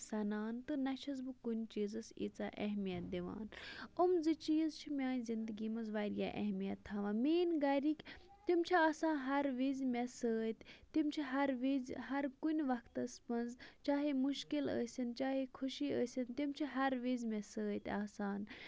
سَنان تہٕ نہ چھس بہٕ کُنہِ چیٖزَس ییٖژہ اہمَیت دِوان یِم زٕ چیٖز چھِ میانہِ زِنٛدگی منٛز واریاہ اہمِیَت تھاوان میٲنۍ گَرِکۍ تِم چھِ آسان ہَر وِز مےٚ سۭتۍ تِم چھِ ہَر وِزِ ہَر کُنہِ وَقتَس منٛز چاہے مُشکِل ٲسِنۍ چاہے خوشی ٲسِنۍ تِم چھِ ہر وِز مےٚ سۭتۍ آسان